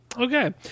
Okay